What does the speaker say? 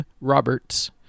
Roberts